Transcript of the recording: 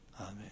Amen